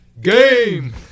game